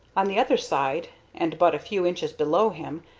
on the other side, and but a few inches below him,